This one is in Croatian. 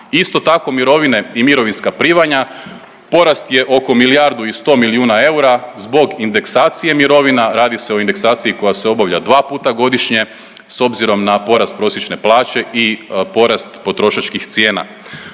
Isto tako mirovine i mirovinska primanja, porast je oko milijardu i 100 milijuna eura zbog indeksacije mirovina, radi se o indeksaciji koja se obavlja dva puta godišnje s obzirom na porast prosječne plaće i porast potrošačkih cijena.